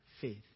faith